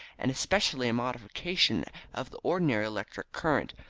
and especially a modification of the ordinary electric current,